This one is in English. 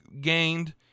gained